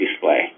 display